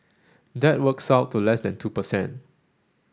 that works out to less than two per cent